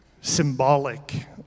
symbolic